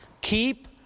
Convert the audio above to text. Keep